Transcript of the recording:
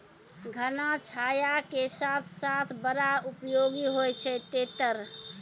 घना छाया के साथ साथ बड़ा उपयोगी होय छै तेतर